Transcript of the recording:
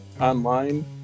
online